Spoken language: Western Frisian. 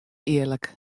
earlik